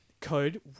Code